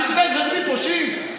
המגזר החרדי פושעים?